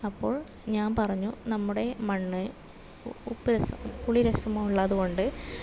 അപ്പോൾ ഞാൻ പറഞ്ഞു നമ്മുടെ മണ്ണ് ഉപ്പ് രസം പുളിരസം ഉള്ളതുകൊണ്ട്